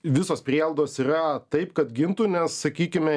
visos prielaidos yra taip kad gintų nes sakykime